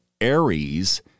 Aries